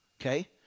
Okay